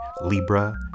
Libra